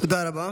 תודה רבה.